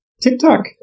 TikTok